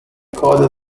coded